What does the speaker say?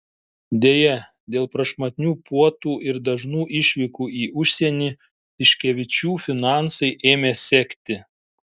deja dėl prašmatnių puotų ir dažnų išvykų į užsienį tiškevičių finansai ėmė sekti